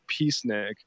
peacenik